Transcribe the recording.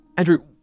Andrew